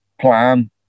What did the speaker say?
plan